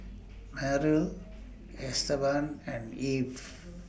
Merl Esteban and Eve